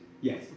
Yes